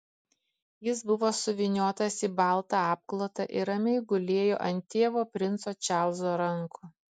jis buvo suvyniotas į baltą apklotą ir ramiai gulėjo ant tėvo princo čarlzo rankų